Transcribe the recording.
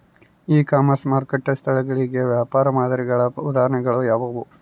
E commerce ಮಾರುಕಟ್ಟೆ ಸ್ಥಳಗಳಿಗೆ ವ್ಯಾಪಾರ ಮಾದರಿಗಳ ಉದಾಹರಣೆಗಳು ಯಾವುವು?